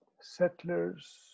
Settlers